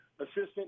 assistant